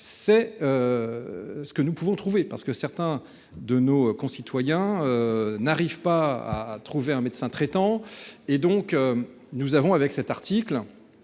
c'est. Ce que nous pouvons trouver parce que certains de nos concitoyens. N'arrive pas à trouver un médecin traitant. Et donc nous avons avec cet article.